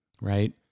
right